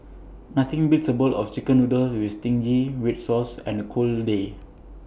nothing beats A bowl of Chicken Noodles with Zingy Red Sauce on A cold day